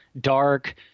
dark